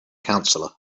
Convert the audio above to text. counselor